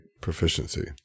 proficiency